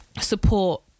support